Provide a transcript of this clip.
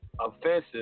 offensive